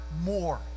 more